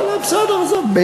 לא, בסדר, עזוב.